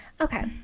Okay